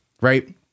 right